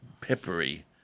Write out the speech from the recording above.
peppery